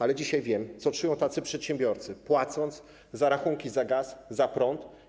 Ale dzisiaj wiem, co czują tacy przedsiębiorcy, płacąc rachunki za gaz, za prąd.